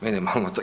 Minimalno.